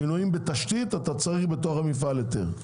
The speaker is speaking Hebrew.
שינויים בתשתית אתה צריך בתוך המפעל היתר.